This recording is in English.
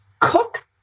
cook